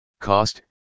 Cost